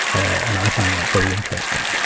and i find that very interesting.